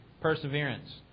perseverance